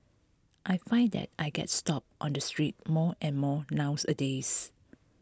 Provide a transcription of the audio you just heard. I find that I get stopped on the street more and more nowadays